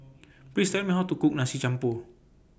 Please Tell Me How to Cook Nasi Campur